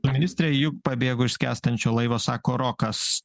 ministrė juk pabėgo iš skęstančio laivo sako rokas